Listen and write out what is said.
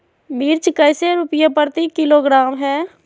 मिर्च कैसे रुपए प्रति किलोग्राम है?